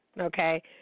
okay